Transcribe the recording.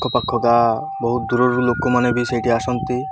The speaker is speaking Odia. ଆଖପାଖ ଗାଁ ବହୁତ ଦୂରରୁ ଲୋକମାନେ ବି ସେଇଠି ଆସନ୍ତି